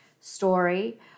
story